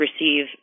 receive